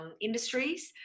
industries